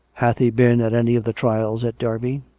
hath he been at any of the trials at derby.